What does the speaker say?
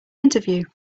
interview